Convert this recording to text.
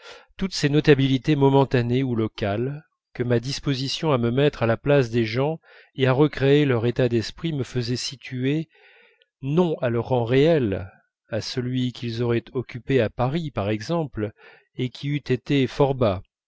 toutes ces notabilités momentanées ou locales que ma disposition à me mettre à la place des gens et à recréer leur état d'esprit me faisait situer non à leur rang réel à celui qu'ils auraient occupé à paris par exemple et qui eût été fort bas